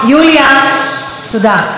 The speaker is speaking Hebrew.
יוליה, תודה.